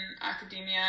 academia